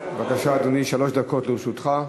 בבקשה, אדוני, שלוש דקות לרשותך.